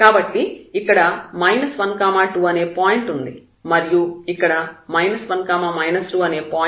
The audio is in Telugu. కాబట్టి ఇక్కడ 1 2 అనే పాయింట్ ఉంది మరియు ఇక్కడ 1 2 అనే పాయింట్ ఉంది